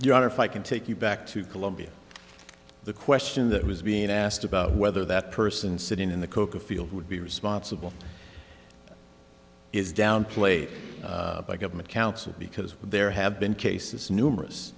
honor if i can take you back to columbia the question that was being asked about whether that person sitting in the coca field would be responsible is downplayed by government counsel because there have been cases numerous